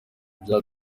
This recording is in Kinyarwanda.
bya